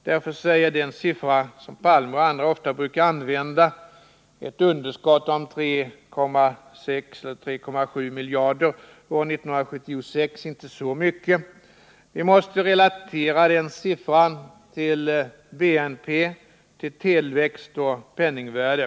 Därför säger den siffra som Olof Palme och andra ofta brukar använda —ett underskott på 3,6 miljarder år 1976 — inte så mycket. Vi måste relatera den siffran till BNP, tillväxt och penningvärde.